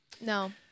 no